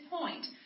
point